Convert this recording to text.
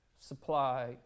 supply